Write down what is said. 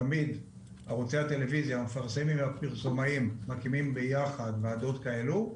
תמיד ערוצי הטלוויזיה’ המפרסמים והפרסומאים מקימים ביחד ועדות כאלו,